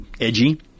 edgy